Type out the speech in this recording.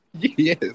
Yes